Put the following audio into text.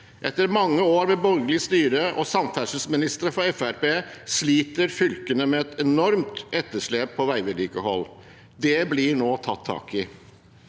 etter mange år med borgerlig styre og samferdselsministre fra Fremskrittspartiet sliter fylkene med et enormt etterslep på veivedlikehold. Det blir nå tatt tak i.